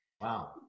wow